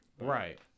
Right